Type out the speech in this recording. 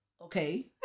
okay